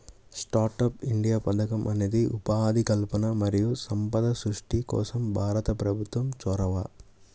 startup India పథకం అనేది ఉపాధి కల్పన మరియు సంపద సృష్టి కోసం భారత ప్రభుత్వం చొరవ